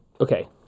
Okay